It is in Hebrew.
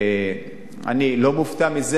אני לא מופתע מזה.